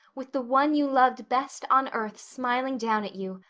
with the one you loved best on earth smiling down at you.